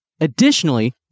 Additionally